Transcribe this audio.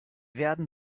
werden